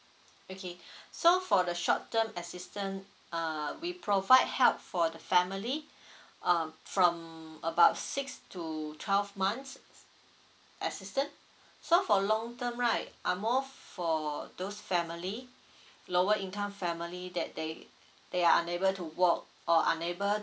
okay so for the short term assistant err we provide help for the family uh from about six to twelve months assistant so for long term right are more for those family lower income family that they they are unable to walk or unable